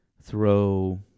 throw